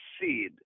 seed